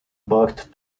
birth